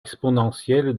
exponentielle